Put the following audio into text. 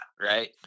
Right